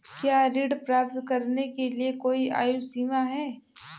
क्या ऋण प्राप्त करने के लिए कोई आयु सीमा है?